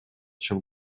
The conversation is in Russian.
чем